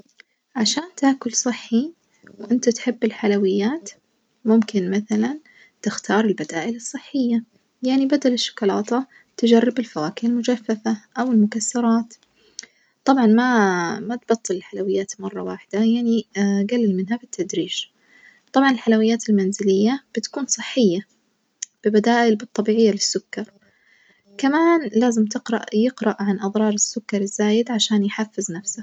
عشان تأكل صحي وأنت تحب الحلويات ممكن مثلًا تختار البدائل الصحية، يعني بدل الشوكولاتة تجرب الفواكه المجففة أو المكسرات، طبعًا ما ما تبطل الحلويات مرة واحدة يعني جلل منها بالتدريج، طبعًا الحلويات المنزلية بتكون صحية ببدائل بالطبيعية للسكر، كمان لاز تقرأ يقرأ عن أظرار السكر الزايد عشان يحفز نفسه.